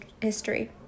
history